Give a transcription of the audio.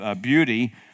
beauty